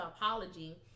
apology